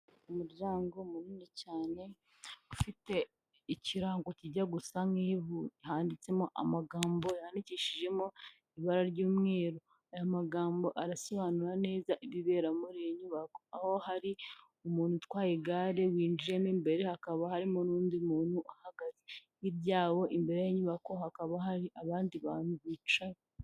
Umuryango munini cyane ufite ikirango kijya gusa nk'ivu handitsemo amagambo yandikishijemo ibara ry'umweru. Aya magambo arasobanura neza ibibera muri iyi nyubako aho hari umuntu utwaye igare winjiyemo imbere, hakaba harimo n'undi muntu ahagaze. Hirya yabo imbere y'inyubako hakaba hari abandi bantu bicaye.